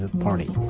party